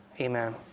Amen